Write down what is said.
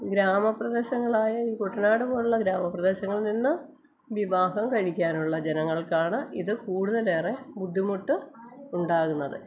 ഗ്രാമപ്രേദേശങ്ങളായ ഈ കുട്ടനാട് പോലുള്ള ഗ്രാമപ്രേദേശങ്ങളിൽ നിന്ന് വിവാഹം കഴിക്കാനുള്ള ജനങ്ങൾക്കാണ് ഇത് കൂടുതലേറെ ബുദ്ധിമുട്ട് ഉണ്ടാകുന്നത്